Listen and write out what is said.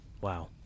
Wow